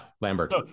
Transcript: Lambert